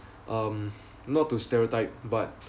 um not to stereotype but